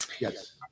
yes